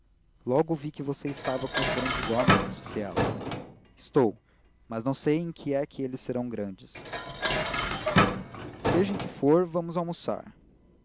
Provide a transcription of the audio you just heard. logo vi que você estava com os grandes homens disse ela estou mas não sei em que é que eles serão grandes seja em que for vamos almoçar